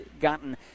gotten